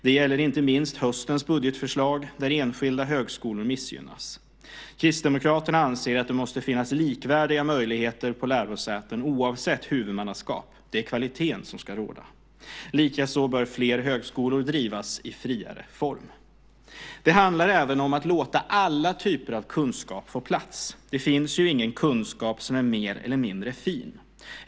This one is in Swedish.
Det gäller inte minst höstens budgetförslag, där enskilda högskolor missgynnas. Kristdemokraterna anser att det måste finnas likvärdiga möjligheter på lärosäten oavsett huvudmannaskap. Det är kvaliteten som ska råda. Likaså bör fler högskolor drivas i friare form. Det handlar även om att låta alla typer av kunskap få plats. Det finns ju ingen kunskap som är mer eller mindre fin.